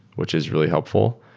which is really helpful.